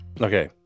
Okay